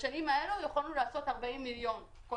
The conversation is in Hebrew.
ובשנים האלה יכולנו להקצות 40 מיליון כל